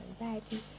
anxiety